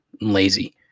lazy